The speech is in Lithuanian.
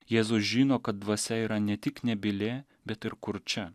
jėzus žino kad dvasia yra ne tik nebylė bet ir kurčia